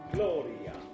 Gloria